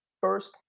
first